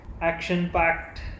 action-packed